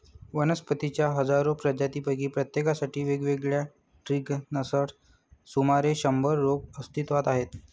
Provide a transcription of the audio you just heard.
वनस्पतींच्या हजारो प्रजातींपैकी प्रत्येकासाठी वेगवेगळ्या ट्रिगर्ससह सुमारे शंभर रोग अस्तित्वात आहेत